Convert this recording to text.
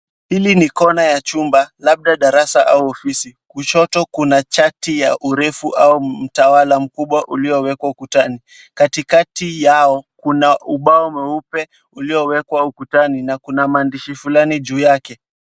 Hili ni kona ya chumba labda darasa au ofisi. Kushoto kuna chati ya urefu au mtawala mkubwa uliowekwa ukutani, kati kati yao kuna ubao mweupe uliowekwa ukutani na kuna maandishi fulani juu yake.